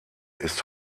ist